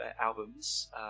albums